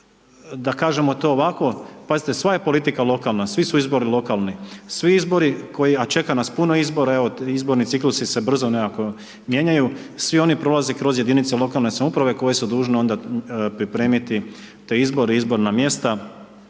da kažemo to ovako, pazite sva je politika lokalna, svi su izbori lokalni, svi izbori, a čeka nas puno izbora, evo izborni ciklusi se brzo nekako mijenjaju svi oni prolaze kroz jedinice lokalne samouprave, koje su dužne onda pripremiti te izbore, izborna mjesta.